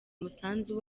umusanzu